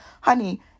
honey